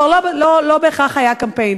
כבר לא בהכרח היה קמפיין.